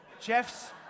Jeff's